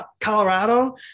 Colorado